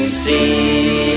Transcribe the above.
see